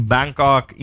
Bangkok